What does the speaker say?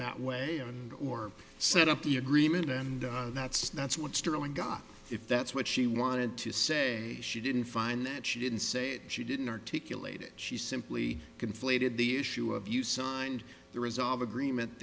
that way or set up the agreement and that's that's what sterling got if that's what she wanted to say she didn't find that she didn't say that she didn't articulate it she simply conflated the issue of you signed the resolve agreement